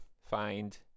find